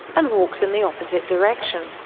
and walks in the opposite direction.